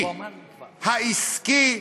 העסקי,